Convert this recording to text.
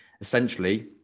essentially